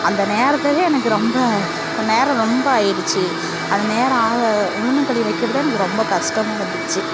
அந்த நேரத்தவே எனக்கு ரொம்ப நேரம் ரொம்ப ஆகிடுச்சி அந்த நேரம் ஆக உளுந்தங்களி வைக்கிறது தான் எனக்கு ரொம்ப கஷ்டமா இருந்துச்சு